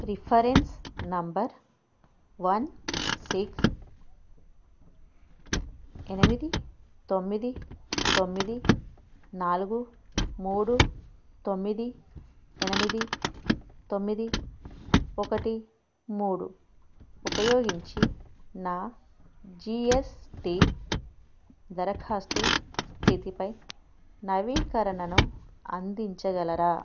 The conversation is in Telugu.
రిఫరెన్స్ నెంబర్ వన్ సిక్స్ ఎనిమిది తొమ్మిది తొమ్మిది నాలుగు మూడు తొమ్మిది ఎనిమిది తొమ్మిది ఒకటి మూడు ఉపయోగించి నా జీ ఎస్ టీ దరఖాస్తు స్థితిపై నవీకరణను అందించగలరా